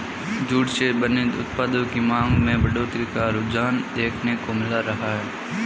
jute से बने उत्पादों की मांग में बढ़ोत्तरी का रुझान देखने को मिल रहा है